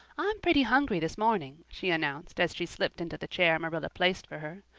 i'm pretty hungry this morning, she announced as she slipped into the chair marilla placed for her.